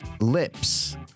Lips